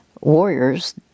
warriors